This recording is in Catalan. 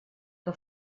que